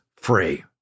free